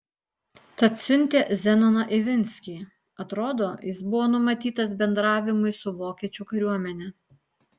tad siuntė zenoną ivinskį atrodo jis buvo numatytas bendravimui su vokiečių kariuomene